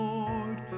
Lord